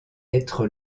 être